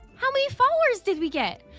how many followers did we get?